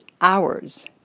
hours